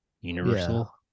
Universal